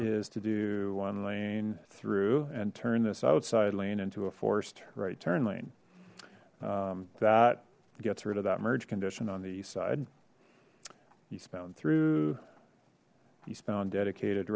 is to do one lane through and turn this outside lane into a forced right turn lane that gets rid of that merge condition on the east side he's bound through eastbound dedicated